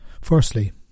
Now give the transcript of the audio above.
firstly